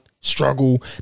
struggle